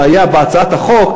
מה שהיה בהצעת החוק,